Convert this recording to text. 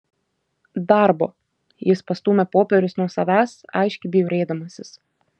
darbo jis pastūmė popierius nuo savęs aiškiai bjaurėdamasis